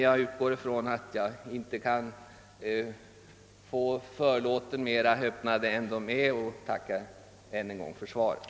Jag antar emellertid att jag inte kan få förlåten fråndragen och tackar därför än en gång för svaret.